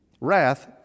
Wrath